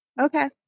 Okay